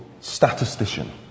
statistician